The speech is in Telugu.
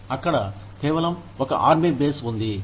అక్కడ కేవలం ఒక ఆర్మీ బేస్ ఉంది